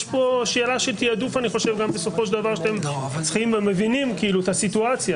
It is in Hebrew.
יש פה שאלה של תיעדוף שבסופו של דבר אתם מבינים את הסיטואציה.